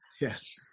Yes